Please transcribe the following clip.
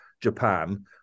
Japan